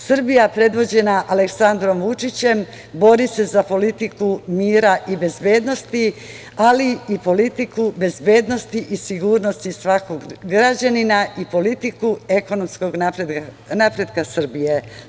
Srbija, predvođena Aleksandrom Vučićem, bori se za politiku mira i bezbednosti, ali i politiku bezbednosti i sigurnosti svakog građanina i politiku ekonomskog napretka Srbije.